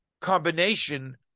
combination